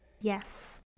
yes